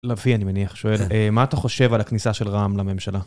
לביא, אני מניח, שואל, מה אתה חושב על הכניסה של רע״מ לממשלה?